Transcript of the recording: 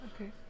Okay